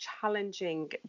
challenging